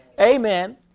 Amen